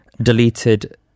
deleted